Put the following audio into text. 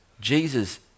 Jesus